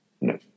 No